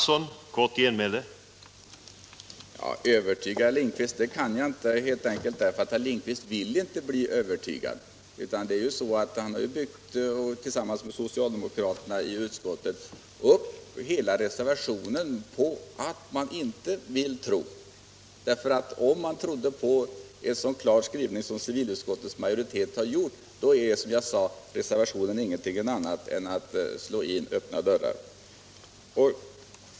Herr talman! Övertyga herr Lindkvist kan jag inte, eftersom herr Lindkvist inte vill bli övertygad. Han har tillsammans med de andra so cialdemokraterna i utskottet byggt upp reservationen på misstro mot majoriteten. Om man har tilltro till en så klar skrivning som den civilutskottet presterat, förstår man att reservationens krav egentligen inte innebär något annat än att man slår in öppna dörrar.